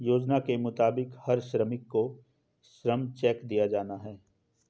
योजना के मुताबिक हर श्रमिक को श्रम चेक दिया जाना हैं